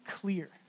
clear